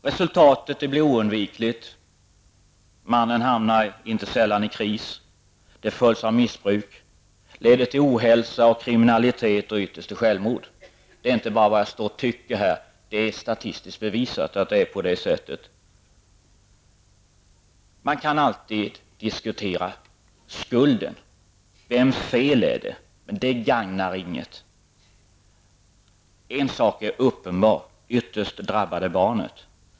Resultatet blir oundvikligen att mannen inte sällan hamnar i kris, en kris som följs av missbruk, vilket i sin tur leder till ohälsa och kriminalitet och ytterst till självmord. Det är inte bara som jag står här och säger, utan det är statistiskt bevisat att det förhåller sig så. Skuldfrågan kan alltid diskuteras och vems felet är, men det gagnar inget. En sak är emellertid uppenbar: ytterst drabbas barnet.